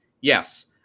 Yes